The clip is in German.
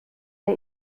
der